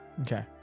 Okay